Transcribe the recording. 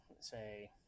say